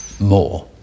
more